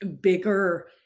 bigger